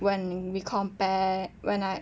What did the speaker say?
when we compare when I